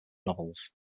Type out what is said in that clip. novels